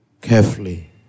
carefully